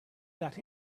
that